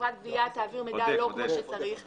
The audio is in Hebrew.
שחברת גבייה תעביר מידע לא כמו שצריך --- עודף.